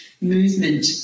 movement